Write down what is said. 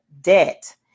debt